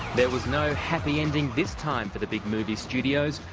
there was no happy ending this time for the big movie studios,